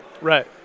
Right